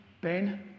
Ben